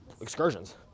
excursions